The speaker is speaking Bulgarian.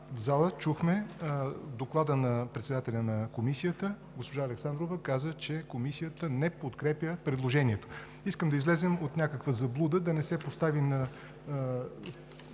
В залата чухме Доклада на председателя на Комисията госпожа Александрова, която каза, че Комисията не подкрепя предложението. Искам да излезем от някаква заблуда, да не поставяме